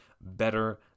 better